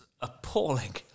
appalling